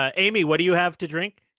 ah amy, what do you have to drink?